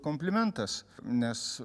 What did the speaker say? komplimentas nes